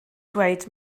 dweud